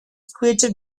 creative